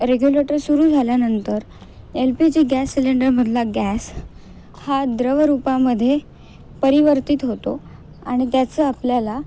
regulator सुरू झाल्यानंतर L P G gas सिलेंडरमधला गॅस हा द्रव रूपाांमध्ये परिवर्तित होतो आणि त्याचं आपल्याला